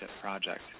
Project